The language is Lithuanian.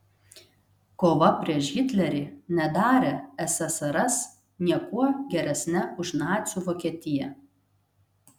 kova prieš hitlerį nedarė ssrs niekuo geresne už nacių vokietiją